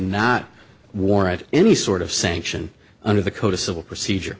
not warrant any sort of sanction under the code of civil procedure